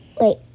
Wait